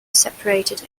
separated